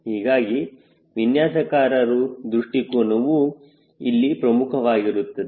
ಹೀಗಾಗಿ ವಿನ್ಯಾಸಕಾರರು ದೃಷ್ಟಿಕೋನವು ಇಲ್ಲಿ ಪ್ರಮುಖವಾಗಿರುತ್ತದೆ